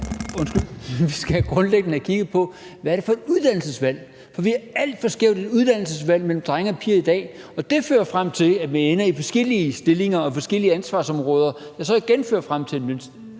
om, at vi grundlæggende skal have kigget på uddannelsesvalget. Der er et alt for skævt uddannelsesvalg mellem drenge og piger i dag, og det fører frem til, at vi ender i forskellige stillinger og med forskellige ansvarsområder, der så igen fører frem til en